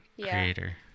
creator